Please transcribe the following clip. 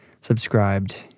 subscribed